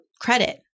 credit